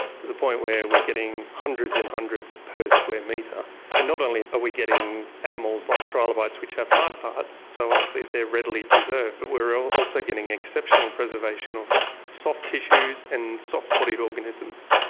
to the point where we're getting hundreds and hundreds per square metre, and not only are we getting animals like trilobites which have hard parts, so obviously they are readily preserved, but we are also getting exceptional preservation of soft tissues and soft-bodied organisms.